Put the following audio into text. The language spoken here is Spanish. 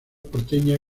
porteña